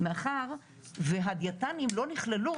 מאחר והדיאטנים לא נכללו